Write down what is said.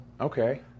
okay